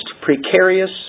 precarious